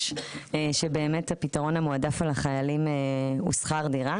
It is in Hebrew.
שבאמת הפתרון המועדף על החיילים הוא שכר דירה.